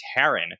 Taryn